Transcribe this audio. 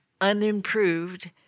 unimproved